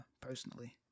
personally